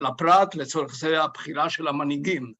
‫לפרט לצורך זה הבחירה של המנהיגים.